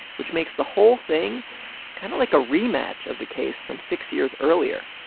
which makes the whole thing kind of like a rematch of the case from six years earlier,